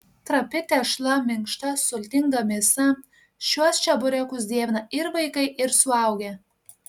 trapi tešla minkšta sultinga mėsa šiuos čeburekus dievina ir vaikai ir suaugę